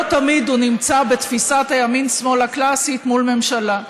לא תמיד הוא נמצא בתפיסת הימין שמאל הקלאסית מול ממשלה.